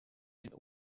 den